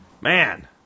Man